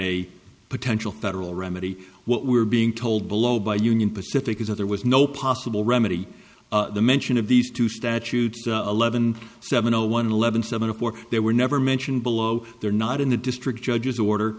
a potential federal remedy what we're being told below by union pacific is that there was no possible remedy mention of these two statutes eleven seven zero one eleven seventy four they were never mentioned below they're not in the district judge's order